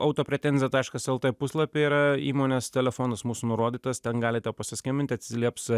auto pretenzija taškas lt puslapyje yra įmonės telefonas mūsų nurodytas ten galite pasiskambinti atsilieps